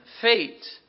fate